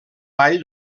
ball